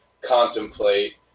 contemplate